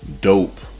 dope